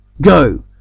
Go